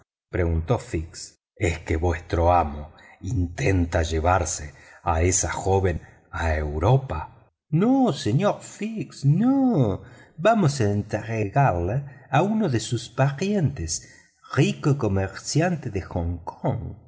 preguntó fix es que vuestro amo intenta llevarse a esa joven a europa no señor fix no vamos a entregarla a uno de sus parientes rico comerciante de hong kong